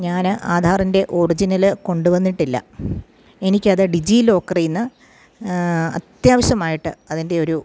ഞാൻ ആധാറിൻ്റെ ഒറിജിനൽ കൊണ്ടു വന്നിട്ടില്ല എനിക്കത് ഡിജി ലോക്കറിൽ നിന്ന് അത്യാവശ്യമായിട്ട് അതിൻ്റെ ഒരു